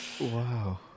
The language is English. wow